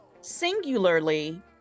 singularly